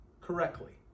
correctly